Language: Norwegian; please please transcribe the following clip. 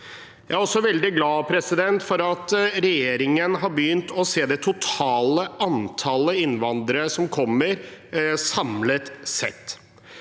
Jeg er også veldig glad for at regjeringen har begynt å se det totale antallet innvandrere som kommer, samlet sett.